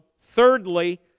Thirdly